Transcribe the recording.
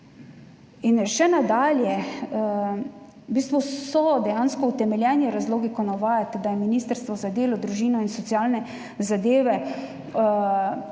V bistvu so dejansko utemeljeni razlogi, ko navajate, da je Ministrstvo za delo, družino, socialne zadeve